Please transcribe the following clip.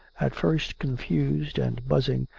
at first confused and buzzing,